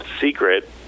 secret